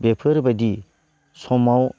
बेफोरबायदि समाव